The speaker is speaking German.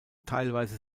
teilweise